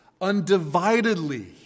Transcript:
undividedly